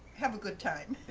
have a good time.